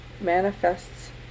manifests